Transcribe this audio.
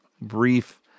brief